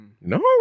No